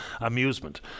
amusement